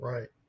Right